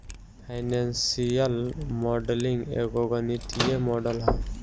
financial modelling एगो गणितीय model ह